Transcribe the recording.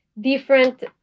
different